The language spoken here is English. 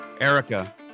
Erica